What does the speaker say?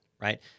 right